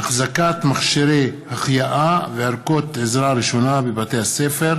(החזקת מכשירי החייאה וערכות עזרה ראשונה בבתי ספר),